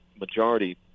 majority